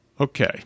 Okay